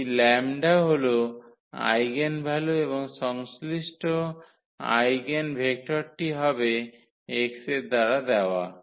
এই 𝜆 হল আইগেনভ্যালু এবং সংশ্লিষ্ট আইগেনভেক্টরটি হবে x এর দ্বারা দেওয়া